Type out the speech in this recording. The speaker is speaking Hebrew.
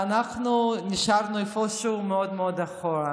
ואנחנו נשארנו איפשהו מאוד מאוד מאחור.